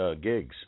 gigs